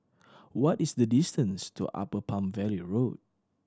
what is the distance to Upper Palm Valley Road